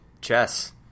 chess